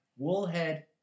Woolhead